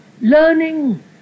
Learning